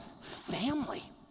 family